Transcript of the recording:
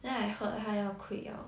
then I heard 他要 quit 了